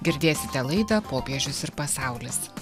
girdėsite laidą popiežius ir pasaulis